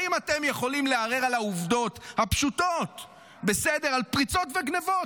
האם אתם יכולים לערער על העובדות הפשוטות על פריצות וגנבות?